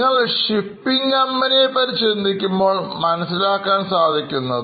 നിങ്ങൾ shipping Company നെ പറ്റി ചിന്തിക്കുമ്പോൾ മനസ്സിലാക്കാൻ സാധിക്കും